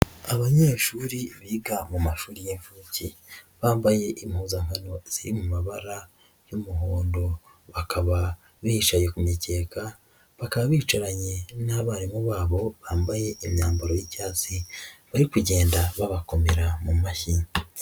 Abanyeshuri biga mu mashuri y'imfubyi bambaye impuzankano ziri mu mabara y'umuhondo, bakaba bicaye ku mikeka bakaba bicaranye n'abarimu babo bambaye imyambaro y'icyatsi, bari kugenda babakomera mu mashyi.